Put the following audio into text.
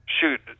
shoot